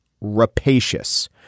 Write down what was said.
rapacious